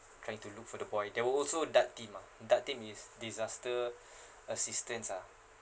trying to look for the boy there were also DART team ah DART team is disaster assistance ah